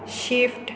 swift